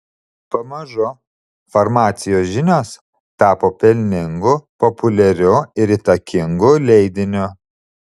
pamažu farmacijos žinios tapo pelningu populiariu ir įtakingu leidiniu